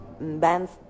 bands